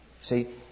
See